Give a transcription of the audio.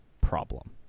problem